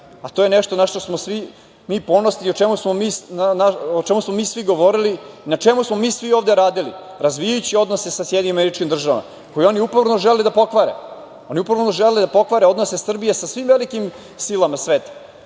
a to je nešto na šta smo svi mi ponosni i o čemu smo mi svi govorili, na čemu smo mi svi ovde radili razvijajući odnose sa SAD koje oni upravo žele da pokvare. Oni upravo žele da pokvare odnose Srbije sa svim velikim silama sveta.